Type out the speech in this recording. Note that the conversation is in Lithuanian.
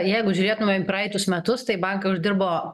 jeigu žiūrėtumėm į praeitus metus tai bankai uždirbo